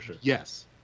yes